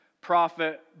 prophet